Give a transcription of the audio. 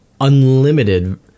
unlimited